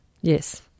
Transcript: Yes